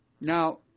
Now